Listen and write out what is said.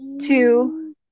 two